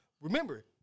remember